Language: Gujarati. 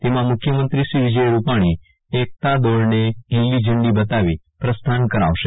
તેમાં મુખ્યમંત્રી શ્રી વિજય રૂપાણી એકતા દોડને લીલીઝંડી બતાવી પ્રસ્થાન કરાવશે